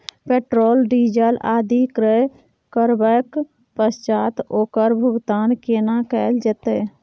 Petrol, diesel आदि क्रय करबैक पश्चात ओकर भुगतान केना कैल जेतै?